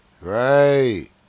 Right